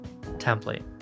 template